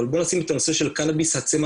אבל בוא נשים את הנושא של צמח הקנביס בצד,